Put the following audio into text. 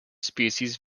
species